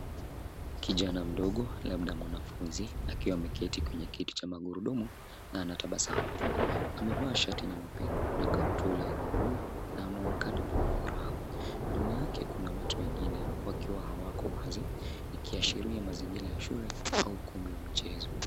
Kijana mdogo labda mwanafunzi akiwa ameketi kwenye kiti cha magurudumu na anatabasamu. Amevaa shati nyeupe na kaptura la blue na anaonekana furaha. Nyuma yake kuna watu wengine wakiwa hawako wazi ikiashiria mazingira ya shule au ukumbi wa mchezo.